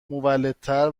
مولدتر